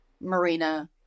Marina